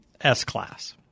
s-class